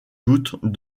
doute